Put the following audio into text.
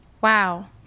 Wow